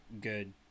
good